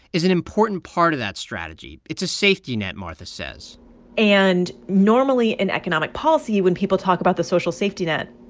is an important part of that strategy. it's a safety net, martha says and normally in economic policy when people talk about the social safety net,